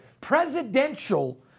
Presidential